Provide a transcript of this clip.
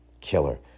Killer